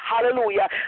hallelujah